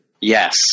Yes